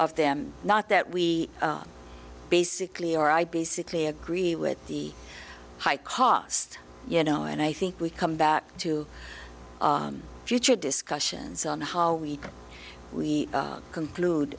of them not that we basically or i basically agree with the high cost you know and i think we come back to future discussions on how we can we conclude